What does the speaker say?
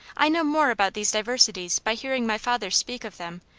i know more about these diversities by hearing my father speak of them,